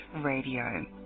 Radio